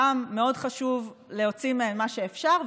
גם מאוד חשוב להוציא מהן מה שאפשר,